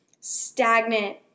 stagnant